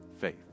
faith